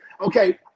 Okay